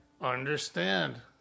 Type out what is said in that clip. understand